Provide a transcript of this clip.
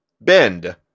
bend